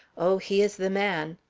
oh, he is the man!